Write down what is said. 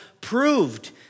proved